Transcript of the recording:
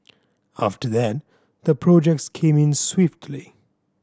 after that the projects came in swiftly